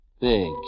Big